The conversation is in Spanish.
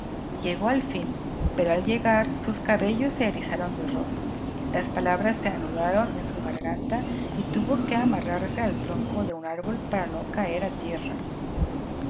llegó al fin pero al llegar sus cabellos se erizaron de horror las palabras se anudaron en su garganta y tuvo que amarrarse al tronco de un árbol para no caer a tierra